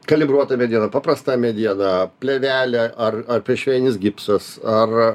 kalibruota mediena paprasta mediena plėvelė ar ar priešvėjinis gipsas ar